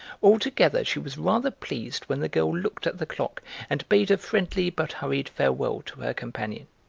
altogether she was rather pleased when the girl looked at the clock and bade a friendly but hurried farewell to her companion.